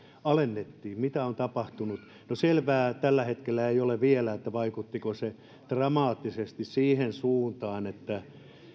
alennettiin mitä on tapahtunut no selvää tällä hetkellä ei ole vielä vaikuttiko se dramaattisesti siihen suuntaan että